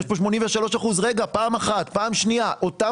יש פה 83%. פעם שנייה, אותם